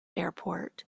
airport